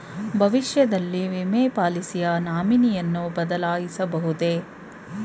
ಭವಿಷ್ಯದಲ್ಲಿ ವಿಮೆ ಪಾಲಿಸಿಯ ನಾಮಿನಿಯನ್ನು ಬದಲಾಯಿಸಬಹುದೇ?